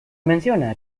menciona